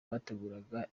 yateguraga